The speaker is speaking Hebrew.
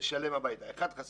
שלם הביתה אלא אחד חסר.